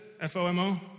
F-O-M-O